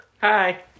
Hi